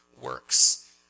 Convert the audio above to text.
works